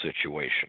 situation